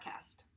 podcast